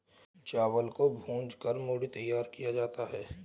चावल को भूंज कर मूढ़ी तैयार किया जाता है